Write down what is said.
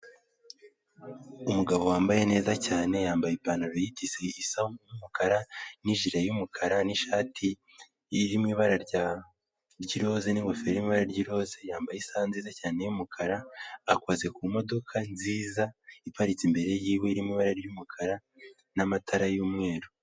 Umugabo wambaye neza cyane yambaye ipantaro y'itisi isa n'umukara n'ijiri, y'umukara n'ishati iririmo ibara ry'izoze, n'ingofero y'iroza yambaye isaha nziza cyane y'umukara akoze ku modoka nziza iparitse imbere yiwe iri mu ibara ry'umukara n'amatara y'umweru.